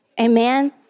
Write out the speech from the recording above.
Amen